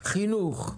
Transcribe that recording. חינוך,